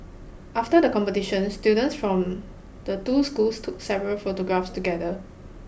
after the competition students from the two schools took several photographs together